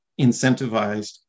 incentivized